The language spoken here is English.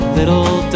little